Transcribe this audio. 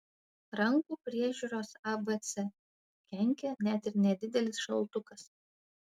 rankų priežiūros abc kenkia net ir nedidelis šaltukas